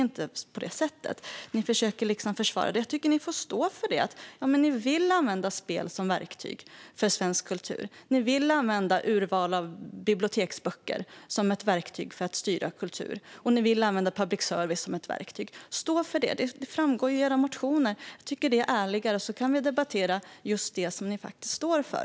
Jag tycker att ni ska sluta försvara er och stå för att ni vill använda spel som ett verktyg för svensk kultur, ni vill använda urval av biblioteksböcker som ett verktyg för att styra kultur och ni vill använda public service som ett verktyg. Det framgår ju av era motioner, så stå för det! Jag tycker att det är ärligare, och då kan vi debattera det ni faktiskt står för.